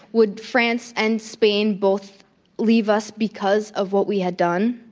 would france and spain both leave us because of what we had done?